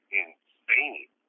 insane